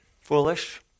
foolish